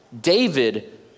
David